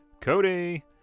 Cody